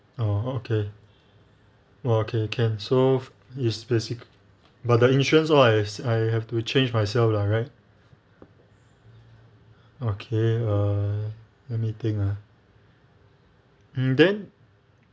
oh okay okay can so it's speci~ but the insurance [one] I I have to change myself lah right okay uh let me think ah um then